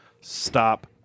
Stop